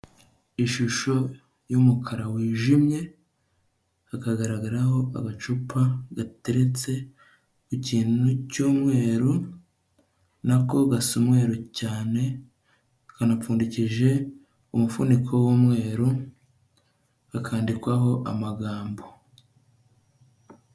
Ishusho y'umukara wijimye, hakagaragaraho agacupa, gateretse ku kintu cy'umweru, na ko gasa umweru cyane, kanapfundikije umufuniko w'umweru, hakandikwaho amagambo.